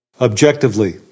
objectively